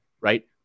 right